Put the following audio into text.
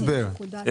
בדברי ההסבר.